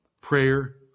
prayer